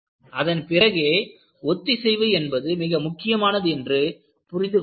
அதன் பிறகே ஒத்திசைவு என்பது மிக முக்கியமானது என்று புரிந்து கொண்டனர்